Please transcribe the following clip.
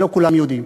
ולא כולם יודעים.